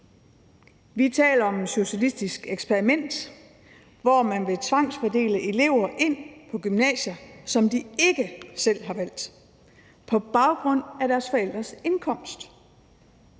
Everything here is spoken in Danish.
Vi taler om et socialistisk eksperiment, hvor man vil tvangsfordele elever ind på gymnasier, som de ikke selv har valgt, på baggrund af deres forældres indkomst